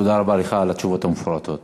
תודה רבה לך על התשובות המפורטות.